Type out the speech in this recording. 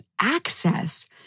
access